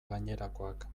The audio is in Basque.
gainerakoak